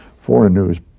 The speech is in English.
foreign news,